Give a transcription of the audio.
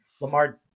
Lamar